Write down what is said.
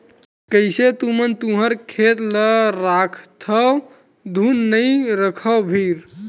कइसे तुमन तुँहर खेत ल राखथँव धुन नइ रखव भइर?